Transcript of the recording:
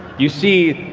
you see,